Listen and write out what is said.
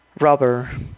Rubber